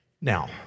Now